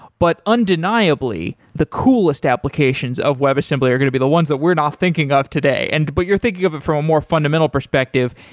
but undeniably, the coolest applications of web assembly are going to be the ones that we are not thinking of today. and but you are thinking of it from more fundamental perspective,